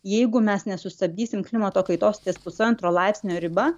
jeigu mes nesustabdysim klimato kaitos ties pusantro laipsnio riba